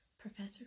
Professor